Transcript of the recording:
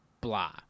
blah